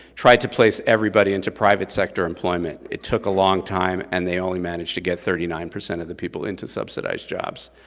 tried to place everybody into private sector employment. it took a long time and they only managed to get thirty nine percent of the people into subsidized jobs,